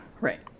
Right